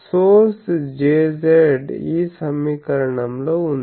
source Jz ఈ సమీకరణం లో ఉంది